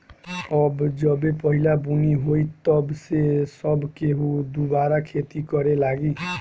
अब जबे पहिला बुनी होई तब से सब केहू दुबारा खेती करे लागी